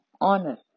honor